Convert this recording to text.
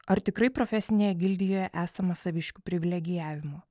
ar tikrai profesinėje gildijoje esama saviškių privilegijavimo